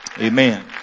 Amen